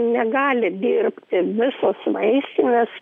negali dirbti visos vaistinės